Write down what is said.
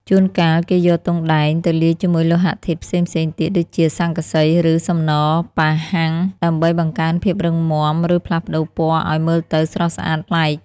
ជួនកាល គេយកទង់ដែងទៅលាយជាមួយលោហៈធាតុផ្សេងៗទៀត ដូចជា ស័ង្កសី ឬសំណប៉ាហាំង ដើម្បីបង្កើនភាពរឹងមាំ ឬផ្លាស់ប្តូរពណ៌ឲ្យមើលទៅស្រស់ស្អាតប្លែក។